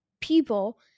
people